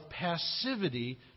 passivity